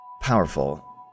powerful